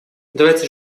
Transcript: давайте